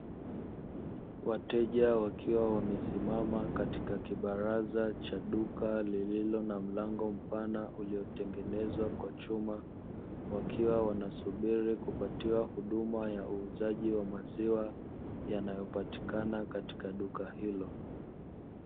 Wateja wakiwa wamesimama katika kibaraza cha duka lililo na mlango mpana uliotengenezwa kwa chuma wakiwa wanasubiri kupatiwa huduma ya uuzaji wa maziwa yanayopatikana katika duka hilo.